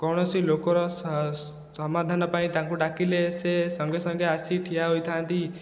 କୌଣସି ଲୋକର ସମାଧାନ ପାଇଁ ତାଙ୍କୁ ଡାକିଲେ ସେ ସଙ୍ଗେ ସଙ୍ଗେ ଆସି ଠିଆ ହୋଇଥା'ନ୍ତି